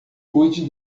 cuide